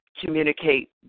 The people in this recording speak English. communicate